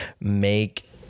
make